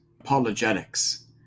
apologetics